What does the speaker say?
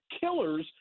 killers